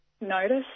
notice